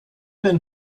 been